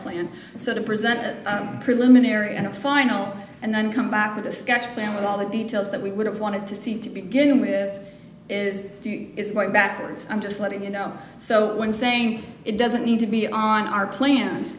plan so to present a preliminary and a final and then come back with a sketch plan with all the details that we would have wanted to see to begin with is is quite backwards i'm just letting you know so when saying it doesn't need to be on our plans